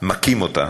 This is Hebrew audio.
מכים אותה,